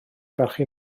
barchu